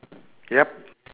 yup